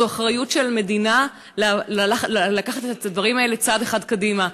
זו אחריות של המדינה לקחת את הדברים האלה צעד אחד קדימה.